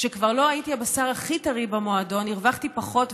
כשכבר לא הייתי הבשר הכי טרי במועדון הרווחתי פחות,